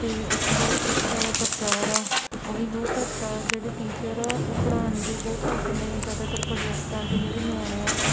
ਅਤੇ ਉੱਥੇ ਜਿਹੜਾ ਸਿੱਖਿਆ ਦਾ ਪ੍ਰਚਾਰ ਆ ਉਹ ਵੀ ਬਹੁਤ ਘੱਟ ਆ ਜਿਹੜੇ ਟੀਚਰ ਆ ਉਹ ਪੜਾਉਦੇ ਦੇ ਬਹੁਤ ਘੱਟ ਨੇ ਜ਼ਿਆਦਾਤਰ ਪ੍ਰੋਜੈਕਟਾਂ 'ਤੇ ਜਿਹੜੇ ਨਿਆਣੇ ਆ